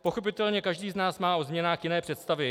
Pochopitelně každý z nás má o změnách jiné představy.